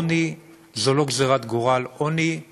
עוני הוא לא גזירת גורל, עוני הוא